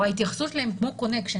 ההתייחסות אליהם היא כמו קונקשן.